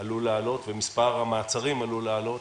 עלול לעלות ומספר המעצרים עלול לעלות,